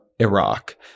Iraq